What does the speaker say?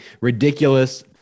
ridiculous